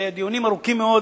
היו דיונים ארוכים מאוד,